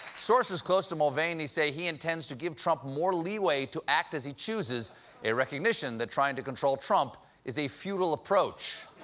sources close to mulvaney say he intends to give trump more leeway to act as he chooses a recognition that trying to control trump is a futile approach.